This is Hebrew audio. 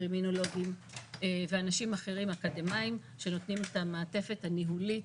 קרימינולוגים ואנשים אחרים אקדמאיים שנותנים את המעטפת הניהולית,